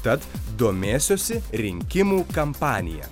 tad domėsiuosi rinkimų kampanija